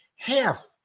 Half